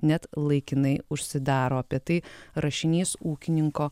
net laikinai užsidaro apie tai rašinys ūkininko